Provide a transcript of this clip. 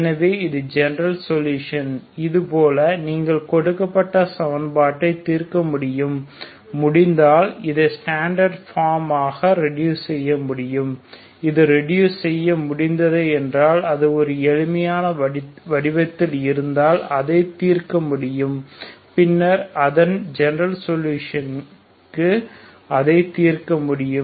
எனவே இது ஜெனரல் சொலுஷன்கள் இதுபோல நீங்கள் கொடுக்கப்பட்ட சமன்பாட்டை தீர்க்க முடியும் முடிந்தால் இதை ஸ்டாண்டர்டு ஃபார்ம் ஆக ரெடூஸ் செய்ய முடியும் இது ரெடூஸ் செய்ய முடிந்தது என்றால் அது எளிமையான வடிவத்தில் இருந்தால் அதை தீர்க்க முடியும் பின்னர் அதன் ஜெனரல் சொலுஷனுக்கு அதை தீர்க்க முடியும்